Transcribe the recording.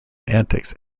antics